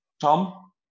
Tom